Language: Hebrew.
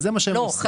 אז זה מה שהם עושים.